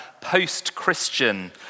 post-Christian